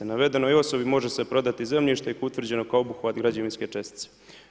Navedenoj osobi može se prodati zemljište ako je utvrđeno kao obuhvat građevinske čestice“